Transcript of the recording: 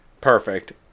perfect